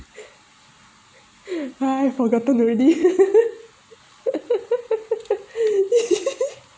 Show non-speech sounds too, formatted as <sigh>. I forgotten already <laughs>